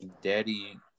daddy